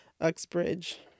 Uxbridge